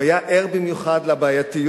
הוא היה ער במיוחד לבעייתיות